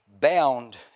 bound